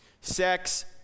Sex